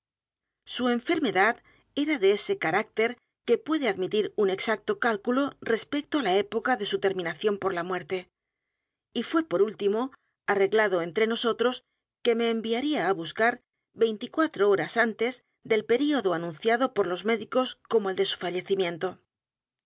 su enfermedad era de ese carácter que puede admitir un exacto cálculo respecto á la época de su terminación por la muerte y fué por último arreglado entre nosotros que me enviaría á buscar veinti y cuatro horas antes del período anunciado por los médicos como el de